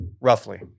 roughly